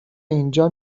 اینجا